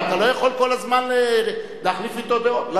אבל אתה לא יכול כל הזמן להחליף אתו דעות.